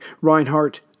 Reinhardt